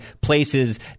places